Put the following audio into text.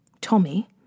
Tommy